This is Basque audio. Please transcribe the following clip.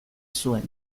zuen